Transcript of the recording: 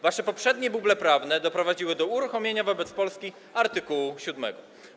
Wasze poprzednie buble prawne doprowadziły do uruchomienia wobec Polski art. 7.